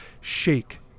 shake